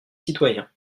citoyen